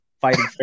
fighting